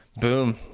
boom